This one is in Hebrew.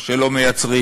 או שלא מייצרים,